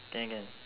can can